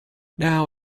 now